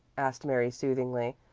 asked mary soothingly.